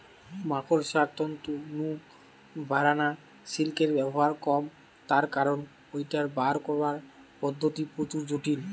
মাকড়সার তন্তু নু বারানা সিল্কের ব্যবহার কম তার কারণ ঐটার বার করানার পদ্ধতি প্রচুর জটিল